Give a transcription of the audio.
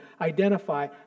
identify